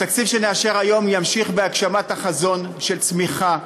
התקציב שנאשר היום ימשיך בהגשמת החזון של צמיחה,